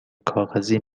کاغذی